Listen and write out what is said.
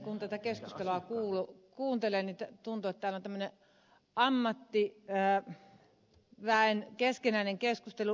kun tätä keskustelua kuuntelee tuntuu että täällä on tämmöinen ammattiväen keskinäinen keskustelu